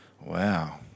wow